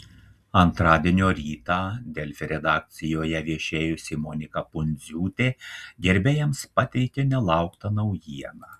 antradienio rytą delfi redakcijoje viešėjusi monika pundziūtė gerbėjams pateikė nelauktą naujieną